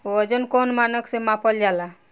वजन कौन मानक से मापल जाला?